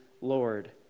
Lord